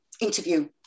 interview